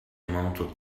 mounted